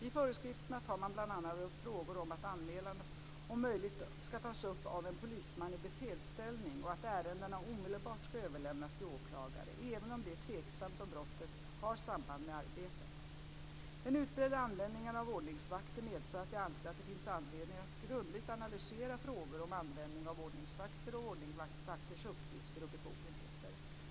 I föreskrifterna tar man bl.a. upp frågor om att anmälan om möjligt ska tas upp av en polisman i befälsställning och att ärendena omedelbart ska överlämnas till åklagare, även om det är tveksamt om brottet har samband med arbetet. Den utbredda användningen av ordningsvakter medför att jag anser att det finns anledning att grundligt analysera frågor om användning av ordningsvakter och ordningsvakters uppgifter och befogenheter.